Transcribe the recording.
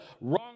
wrong